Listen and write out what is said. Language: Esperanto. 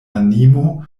animo